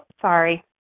Sorry